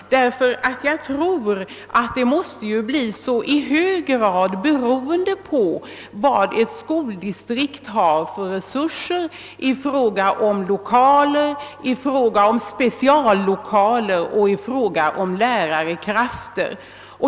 Det måste nämligen i hög grad bli beroende av vilka resurser ett skoldistrikt har i form av speciallokaler och lärarkrafter.